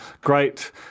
great